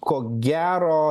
ko gero